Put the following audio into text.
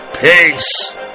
Peace